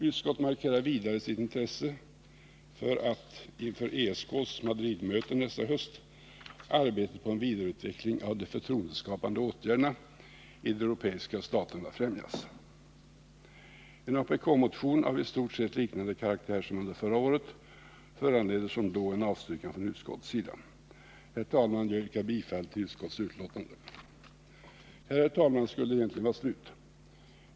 Utskottet markerar vidare sitt intresse för att, inför ESK:s Madridmöte nästa höst, arbetet på en vidareutveckling av de förtroendeskapande åtgärderna i de europeiska staterna främjas. En apk-motion av i stort sett liknande karaktär som under förra året föranleder som då en avstyrkan från utskottets sida. Herr talman! Jag yrkar bifall till utskottets hemställan. Här, herr talman, skulle egentligen mitt anförande vara slut.